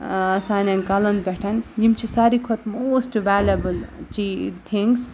سانٮ۪ن کَلَن پٮ۪ٹھ یِم چھِ ساری کھۄتہٕ موسٹہٕ ویلیبٕل چی تھِںٛگِز